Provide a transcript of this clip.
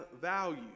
value